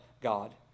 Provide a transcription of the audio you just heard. God